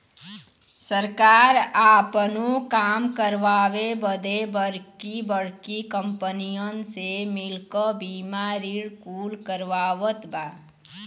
सरकार आपनो काम करावे बदे बड़की बड़्की कंपनीअन से मिल क बीमा ऋण कुल करवावत बा